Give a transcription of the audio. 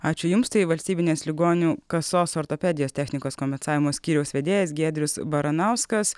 ačiū jums tai valstybinės ligonių kasos ortopedijos technikos kompensavimo skyriaus vedėjas giedrius baranauskas